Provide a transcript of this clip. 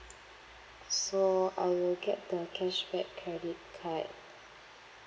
so I will get the cashback credit card